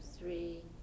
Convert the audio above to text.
three